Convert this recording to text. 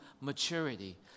maturity